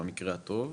במקרה הטוב,